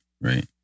right